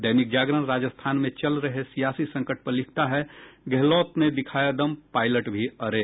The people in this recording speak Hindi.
दैनिक जागरण राजस्थान में चल रहे सियासी संकट पर लिखता है गेहलोत ने दिखाया दम पायलट भी अड़ें